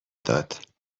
داد